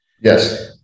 yes